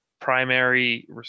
primary